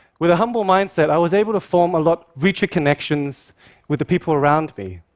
with a humble mindset, i was able to form a lot richer connections with the people around me.